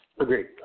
Agreed